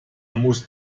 musst